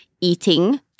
eating